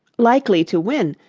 likely to win,